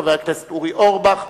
חבר הכנסת אורי אורבך,